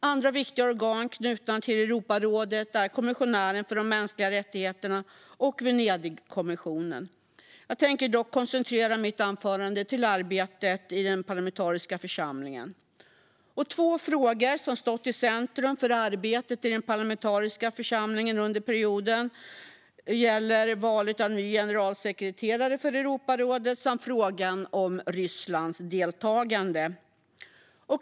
Andra viktiga organ knutna till Europarådet är Europarådets kommissionär för mänskliga rättigheter och Venedigkommissionen. Jag tänker dock koncentrera mitt anförande till arbetet i den parlamentariska församlingen. Två frågor som har stått i centrum för arbetet i den parlamentariska församlingen under perioden gäller valet av ny generalsekreterare för Europarådet samt frågan om Rysslands deltagande.